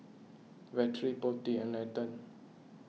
Vedre Potti and Nathan